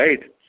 right